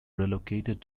relocated